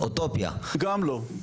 אוטופיה -- גם לא,